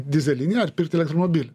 dyzelinį ar pirkti elektromobilį